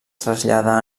trasllada